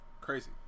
crazy